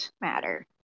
matter